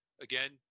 again